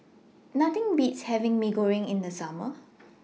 Nothing Beats having Mee Goreng in The Summer